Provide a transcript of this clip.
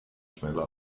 schneller